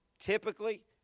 Typically